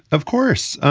of course.